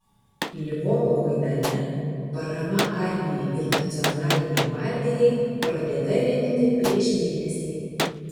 lvovo maidane parama armijai ir nacionalinei gvardijai pradėta rinkti prieš mėnesį